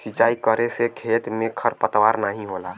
सिंचाई करे से खेत में खरपतवार नाहीं होला